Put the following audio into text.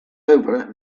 over